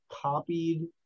copied